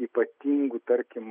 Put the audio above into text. ypatingų tarkim